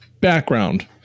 background